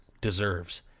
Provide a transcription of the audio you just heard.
deserves